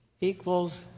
equals